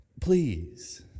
Please